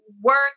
work